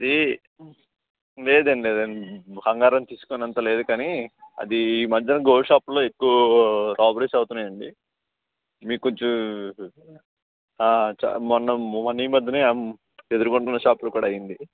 అది లేదండి బంగారం తీసుకునే అంతలేదు కానీ అది ఈ మధ్యన గోల్డ్ షాపుల్లో ఎక్కువ రాబరీస్ అవుతున్నాయండి మీరు కొంచు చా మొన్న మొన్న ఈ మధ్యనే ఎదురుగుండా ఉన్న షాప్లో కూడా అయ్యింది